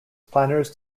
planners